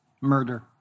murder